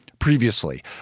Previously